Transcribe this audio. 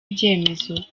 ibyemezo